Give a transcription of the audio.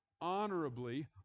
honorably